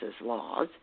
laws